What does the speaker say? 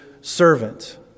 servant